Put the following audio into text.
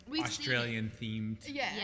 Australian-themed